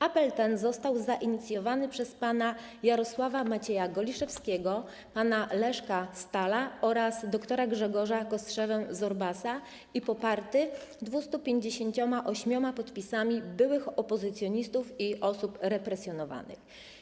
Apel ten został zainicjowany przez pana Jarosława Macieja Goliszewskiego, pana Leszka Stalla oraz dr. Grzegorza Kostrzewę-Zorbasa i poparty 258 podpisami byłych opozycjonistów i osób represjonowanych.